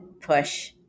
push